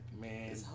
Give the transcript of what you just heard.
Man